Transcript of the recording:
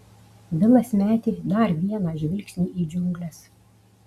vilas metė dar vieną žvilgsnį į džiungles